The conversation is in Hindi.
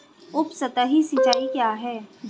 उपसतही सिंचाई क्या है?